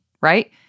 right